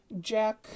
Jack